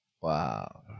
Wow